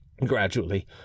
Gradually